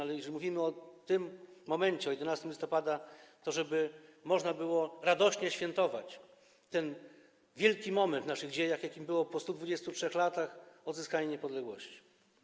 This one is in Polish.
Ale jeżeli mówimy o tym momencie, o 11 listopada, to ważne, żeby można było radośnie świętować ten wielki moment w naszych dziejach, jakim było po 123 latach odzyskanie niepodległości.